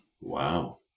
wow